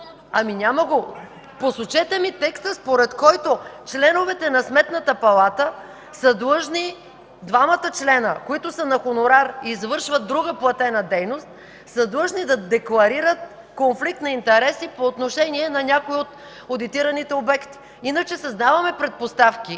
Ами няма го! Посочете ми текста, според който членовете на Сметната палата – двамата членове, които са на хонорар и извършват друга платена дейност, са длъжни да декларират конфликт на интереси по отношение на някои от одитираните обекти. Иначе създаваме предпоставки.